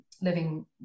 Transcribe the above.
living